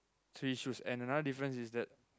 three shoes and another difference is that